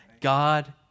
God